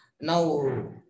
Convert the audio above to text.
Now